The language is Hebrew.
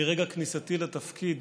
מרגע כניסתי לתפקיד